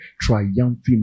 triumphing